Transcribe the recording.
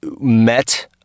met-